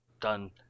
done